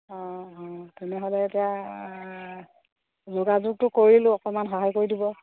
অঁ অঁ তেনেহ'লে এতিয়া যোগাযোগটো কৰিলোঁ অকণমান সহায় কৰি দিব